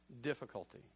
difficulty